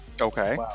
Okay